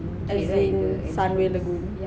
as in sunway lagoon